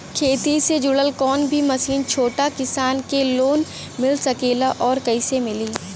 खेती से जुड़ल कौन भी मशीन छोटा किसान के लोन मिल सकेला और कइसे मिली?